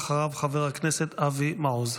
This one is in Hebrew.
אחריו, חבר הכנסת אבי מעוז.